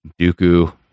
Dooku